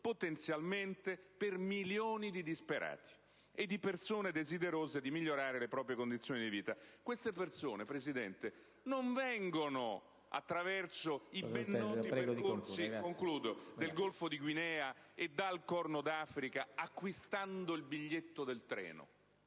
porta d'accesso per milioni di disperati e di persone desiderose di migliorare le proprie condizioni di vita. Queste persone, Presidente, non arrivano attraverso i ben noti percorsi del Golfo di Guinea o dal Corno d'Africa, acquistando un biglietto del treno